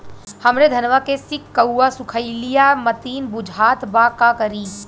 हमरे धनवा के सीक्कउआ सुखइला मतीन बुझात बा का करीं?